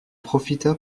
profita